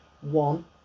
One